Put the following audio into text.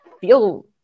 feel